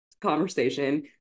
conversation